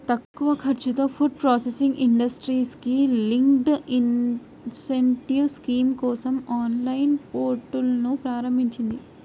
తక్కువ ఖర్చుతో food processing ఇండస్ట్రీకి లింక్డ్ ఇన్సెంటివ్ స్కీమ్ కోసం ఆన్లైన్ పోర్టల్ను ప్రారంభించింది